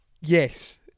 Yes